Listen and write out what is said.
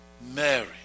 Mary